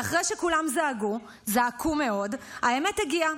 ואחרי שכולם זעקו מאוד האמת הגיעה,